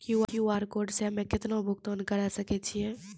QR code से हम्मय केतना भुगतान करे सके छियै?